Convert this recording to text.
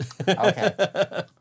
Okay